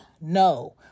No